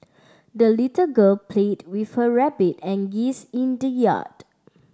the little girl played with her rabbit and geese in the yard